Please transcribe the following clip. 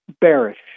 bearish